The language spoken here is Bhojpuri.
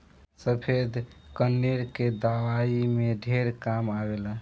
सफ़ेद कनेर के दवाई में ढेर काम आवेला